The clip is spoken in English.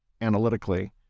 analytically